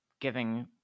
giving